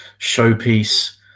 showpiece